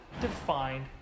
defined